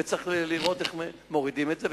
וצריך לראות איך מורידים את זה.